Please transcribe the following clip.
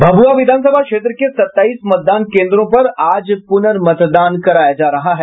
भभूआ विधानसभा क्षेत्र के सत्ताईस मतदान केंद्रों पर आज पूर्नमतदान कराया जा रहा है